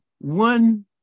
one